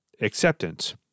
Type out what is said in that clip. Acceptance